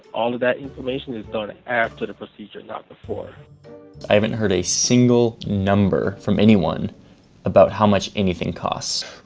all of that information is done after the procedure, not before. johnny i haven't heard a single number from anyone about how much anything costs.